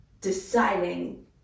deciding